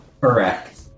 Correct